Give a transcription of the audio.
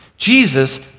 Jesus